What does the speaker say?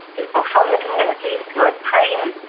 people from the communities who are trained,